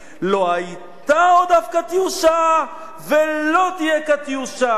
לא היתה עוד אף "קטיושה" ולא תהיה "קטיושה".